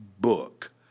book